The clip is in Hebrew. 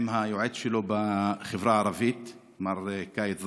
עם היועץ שלו בחברה הערבית מר קאיד דאהר.